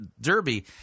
Derby